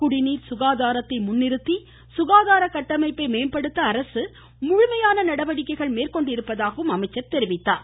குடிநீர் மற்றும் சுகாதாரத்தை முன்னிறுத்தி சுகாதார கட்டமைப்பை மேம்படுத்த அரசு முழுமையான நடவடிக்கைகளை மேற்கொண்டிருப்பதாகவும் சுட்டிக்காட்டினார்